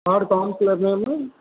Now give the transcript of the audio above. ward councillor name